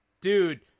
dude